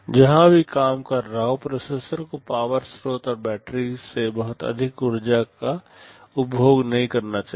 जहाँ भी काम कर रहा हो प्रोसेसर को पावर स्रोत या बैटरी से बहुत अधिक ऊर्जा का उपभोग नहीं करना चाहिए